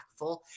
impactful